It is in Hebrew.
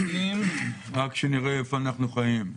רק שנראה איפה אנחנו חיים.